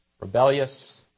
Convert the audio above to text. rebellious